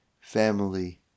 family